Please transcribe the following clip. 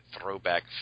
throwback